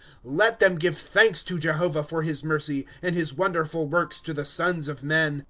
let them give thanks to jehovah for his mercy, and his wonderful works to the sons of men.